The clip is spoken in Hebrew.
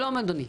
שלום אדוני.